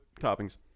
toppings